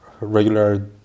regular